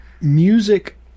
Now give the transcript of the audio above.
music